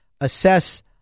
assess